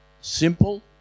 simple